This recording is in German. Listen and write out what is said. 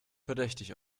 verdächtig